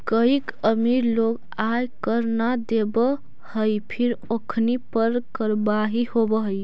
कईक अमीर लोग आय कर न देवऽ हई फिर ओखनी पर कारवाही होवऽ हइ